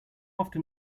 often